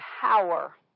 power